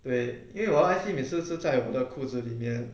对因为我 I_C 每次是在我的裤子里面